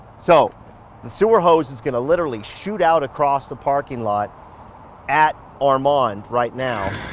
so the sewer hose is going to literally shoot out across the parking lot at armand right now.